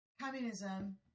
communism